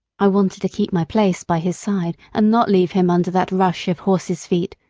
i wanted to keep my place by his side and not leave him under that rush of horses' feet,